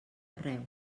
arreu